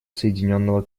соединенного